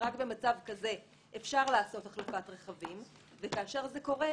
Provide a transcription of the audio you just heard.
שרק במצב כזה אפשר לעשות החלפת רכבים; וכאשר זה קורה,